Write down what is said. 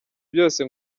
byose